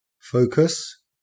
Focus